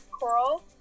coral